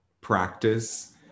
practice